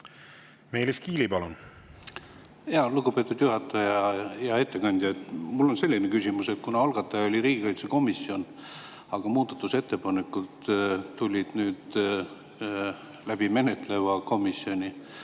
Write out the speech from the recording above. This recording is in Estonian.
Meelis Kiili, palun! Lugupeetud juhataja! Hea ettekandja! Mul on selline küsimus. Kuna algataja oli riigikaitsekomisjon, aga muudatusettepanekud tulid nüüd menetleva komisjoni